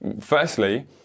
Firstly